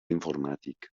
informàtic